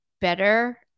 better